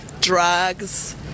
drugs